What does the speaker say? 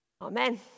Amen